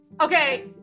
Okay